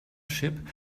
ship